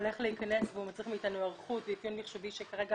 הולך להיכנס והוא מצריך מאיתנו היערכות ואפיון מחשובי שכרגע